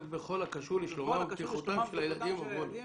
בכל הקשור לשלומם ובטיחותם של הילדים.